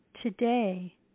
Today